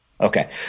Okay